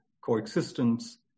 coexistence